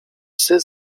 psy